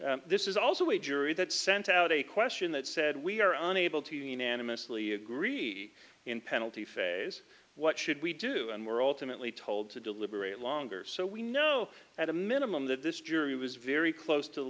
this is also a jury that sent out a question that said we are unable to unanimously agree in penalty phase what should we do and we're alternately told to deliberate longer so we know at a minimum that this jury was very close to the